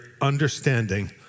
understanding